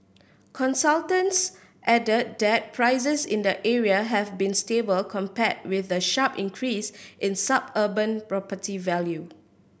consultants added that prices in the area have been stable compared with the sharp increase in suburban property value